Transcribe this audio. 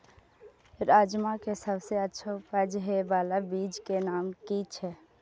राजमा के सबसे अच्छा उपज हे वाला बीज के नाम की छे?